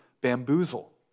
bamboozle